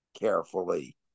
carefully